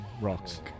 rocks